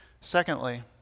Secondly